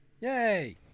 Yay